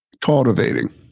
Cultivating